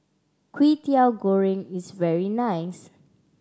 Kwetiau Goreng is very nice